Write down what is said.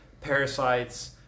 parasites